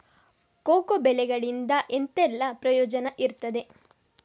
Cocoa ಬೆಳೆಗಳಿಂದ ಎಂತೆಲ್ಲ ಪ್ರಯೋಜನ ಇರ್ತದೆ?